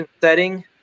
setting